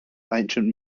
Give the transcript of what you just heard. ancient